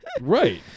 Right